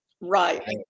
Right